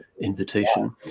invitation